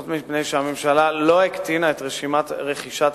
מפני שהממשלה לא הקטינה את רכישת